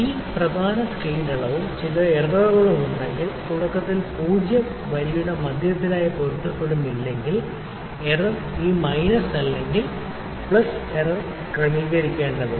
ഇത് പ്രധാന സ്കെയിൽ അളവും ചില എററുകളുമുണ്ടെങ്കിൽ തുടക്കത്തിൽ 0 വരിയുടെ മധ്യവുമായി പൊരുത്തപ്പെടുന്നില്ലെങ്കിൽ എറർ ഈ മൈനസ് അല്ലെങ്കിൽ പ്ലസ് എറർ ക്രമീകരിക്കേണ്ടതുണ്ട്